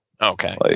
Okay